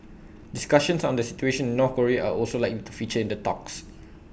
discussions on the situation in North Korea are also likely to feature in the talks